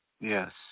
Yes